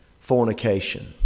fornication